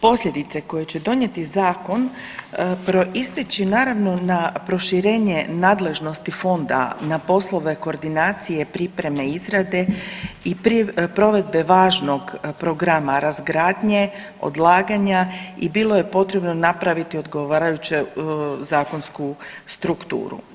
Posljedice koje će donijeti Zakon, proisteći naravno na proširenje nadležnosti Fonda na poslove koordinacije, priprema i izrade i provedbe važnog programa razgradnje, odlaganja i bilo je potrebno napraviti odgovarajuće zakonsku strukturu.